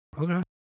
Okay